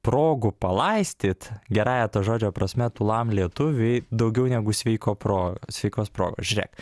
progų palaistyt gerąja to žodžio prasme tūlam lietuviui daugiau negu sveiko pro sveikos progos žiūrėk